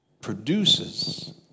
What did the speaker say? produces